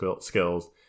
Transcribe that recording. skills